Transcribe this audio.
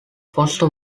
foster